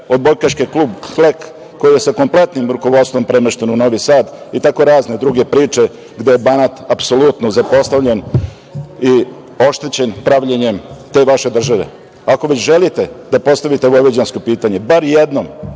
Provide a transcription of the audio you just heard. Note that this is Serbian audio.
odbojkaški klub „Hlek“, koji je sa kompletnim rukovodstvom premešten u Novi Sad i tako razne druge priče, gde je Banat apsolutno zapostavljen i oštećen pravljenjem te vaše države. Ako već želite da postavite vojvođansko pitanje, bar jednom